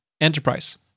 Enterprise